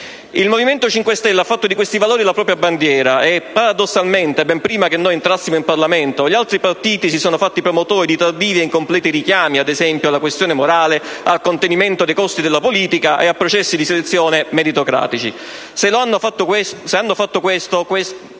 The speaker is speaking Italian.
Il Movimento 5 Stelle ha fatto di questi valori la propria bandiera e, paradossalmente, ben prima che noi entrassimo in Parlamento gli altri partiti si sono fatti promotori di tardivi e incompleti richiami, ad esempio, alla questione morale, al contenimento dei costi della politica e a processi di selezione meritocratici. Se hanno fatto questo, ciò